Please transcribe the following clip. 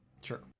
sure